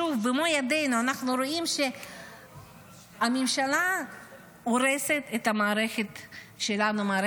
שוב במו ידינו אנחנו רואים שהממשלה הורסת את המערכת שלנו,